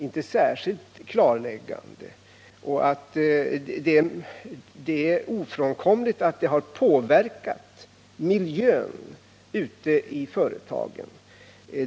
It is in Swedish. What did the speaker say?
Det är ofrånkomligt att den debatten har påverkat miljön ute i företagen.